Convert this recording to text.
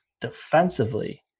defensively